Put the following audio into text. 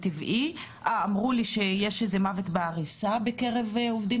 אמרו לי שיש איזה סוג של מוות בעריסה בקרב עובדים